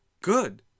good